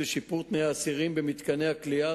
לשיפור תנאי האסירים במתקני הכליאה,